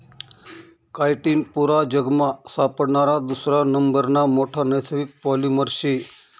chitin पुरा जगमा सापडणारा दुसरा नंबरना मोठा नैसर्गिक पॉलिमर शे